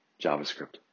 JavaScript